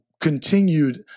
continued